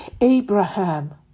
Abraham